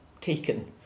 taken